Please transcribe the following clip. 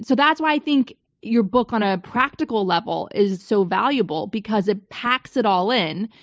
so that's why i think your book on a practical level is so valuable because it packs it all in,